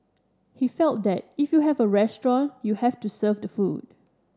he felt that if you have a restaurant you have to serve the food